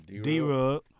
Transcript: D-Rug